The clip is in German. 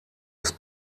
ist